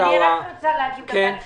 אני רוצה להגיד רק דבר אחד,